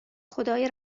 خدای